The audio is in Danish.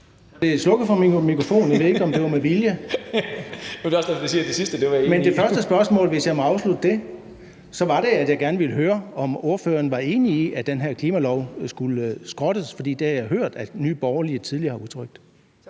Det var også derfor, jeg sagde, at det sidste var jeg enig i!) Men det første spørgsmål, hvis jeg må afslutte det, var, at jeg gerne ville høre, om ordføreren var enig i, at den her klimalov skulle skrottes. For det har jeg hørt at Nye Borgerlige tidligere har udtrykt.